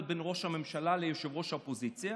בין ראש הממשלה לבין ראש האופוזיציה,